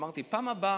אמרתי: בפעם הבאה,